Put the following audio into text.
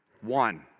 One